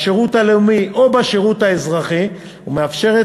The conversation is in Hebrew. בשירות הלאומי ובשירות האזרחי ומאפשרת